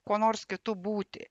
kuo nors kitu būti